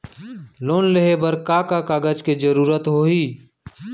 Loan लेहे बर का का कागज के जरूरत होही?